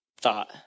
thought